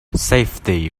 safety